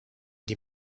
die